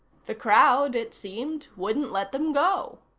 the crowd, it seemed, wouldn't let them go.